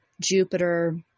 Jupiter